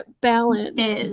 balance